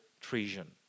treason